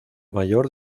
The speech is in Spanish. mayor